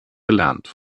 gelernt